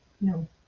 No